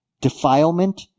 defilement